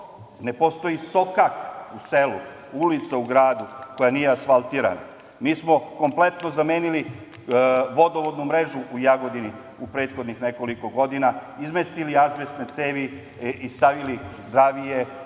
ne postoji sokak u selu, ulica u gradu koja nije asfaltirana. Mi smo kompletno zamenili vodovodnu mrežu u Jagodini u prethodnih nekoliko godina, izmestili azbestne cevi i stavili zdravije,